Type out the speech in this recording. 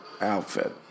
outfit